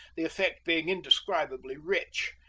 the effect being indescribably rich.